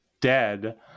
dead